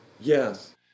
yes